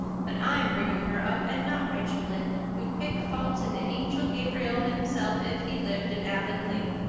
but i'm bringing her up and not rachel lynde, who'd pick faults in the angel gabriel himself if he lived in avonlea.